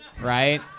right